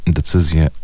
decyzje